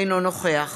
אינו נוכח